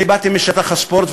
אני באתי משטח הספורט,